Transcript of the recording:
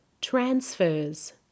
transfers